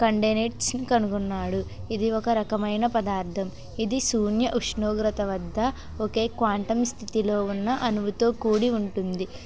కండేనేట్స్ ని కనుగొన్నాడు ఇది ఒక రకమైన పదార్థం ఇది శూన్య ఉష్ణోగ్రత వద్ద ఒకే క్వాంటం స్థితిలో ఉన్న అణువుతో కూడి ఉంటుంది